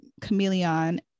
Chameleon